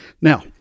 Now